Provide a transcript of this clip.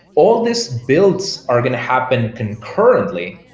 all these builds are going to happen concurrently.